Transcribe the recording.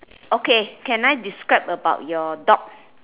okay can I describe about your dog